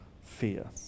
fear